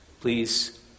Please